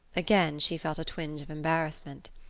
again she felt a twinge of embarrassment.